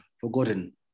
Forgotten